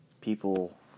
people